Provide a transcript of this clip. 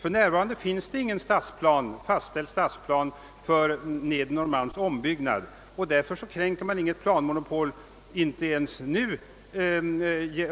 För närvarande finns det ingen fastställd stadsplan för Nedre Norrmalms ombyggnad; alltså kränker man inget planmonopol,